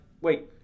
Wait